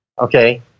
okay